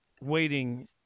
waiting